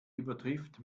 übertrifft